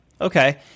Okay